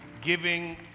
giving